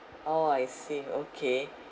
oh I see okay